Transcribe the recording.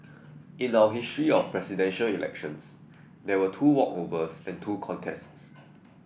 in our history of Presidential Elections there were two walkovers and two contests